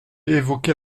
évoqué